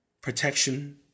protection